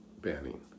banning